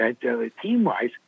team-wise